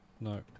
No